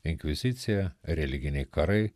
inkvizicija religiniai karai